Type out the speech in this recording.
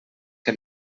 que